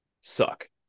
suck